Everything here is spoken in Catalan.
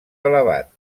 elevat